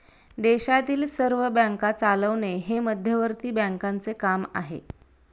देशातील सर्व बँका चालवणे हे मध्यवर्ती बँकांचे काम आहे